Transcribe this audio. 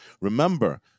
remember